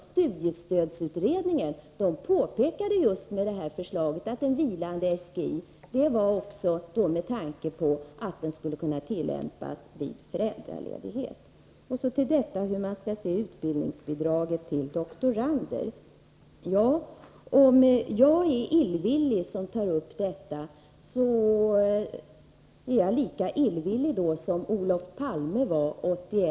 Studiestödsutredningen påpekade just i samband med det här förslaget att en vilande SGI skulle kunna tillämpas vid föräldraledighet. När det gäller utbildningsbidraget till doktorander vill jag säga att om jag är illvillig som tar upp den frågan, är jag i så fall lika illvillig som Olof Palme var 1981/82.